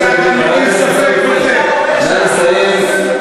זה של האסלאם.